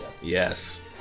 Yes